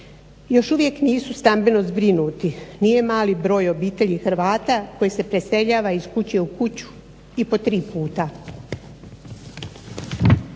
Još uvijek nisu stambeno zbrinuti, nije mali broj obitelji Hrvata koji se preseljava iz kuće u kuću i po tri puta.